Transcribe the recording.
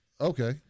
Okay